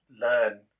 learn